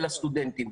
טכנולוגיה.